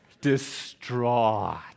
distraught